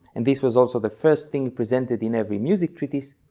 and this was also the first thing presented in every music treatise,